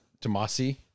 Tomasi